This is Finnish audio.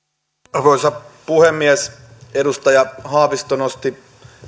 arvoisa puhemies edustaja haavisto nosti